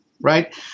right